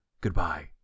Goodbye